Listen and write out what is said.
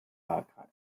wahlkreis